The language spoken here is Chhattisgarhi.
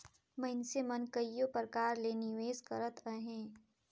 मइनसे मन कइयो परकार ले निवेस करत अहें